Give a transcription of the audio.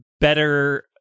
better